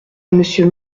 monsieur